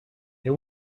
they